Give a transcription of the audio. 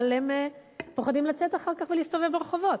אבל הם פוחדים לצאת אחר כך ולהסתובב ברחובות.